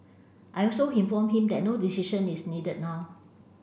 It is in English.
I also informed him that no decision is needed now